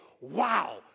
wow